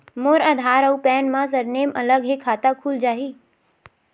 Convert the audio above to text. मोर आधार आऊ पैन मा सरनेम अलग हे खाता खुल जहीं?